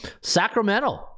Sacramento